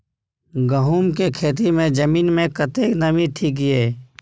गहूम के खेती मे जमीन मे कतेक नमी ठीक ये?